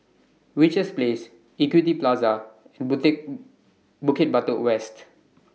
Richards Place Equity Plaza and Bukit Batok West